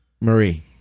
Marie